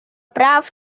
прав